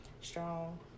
strong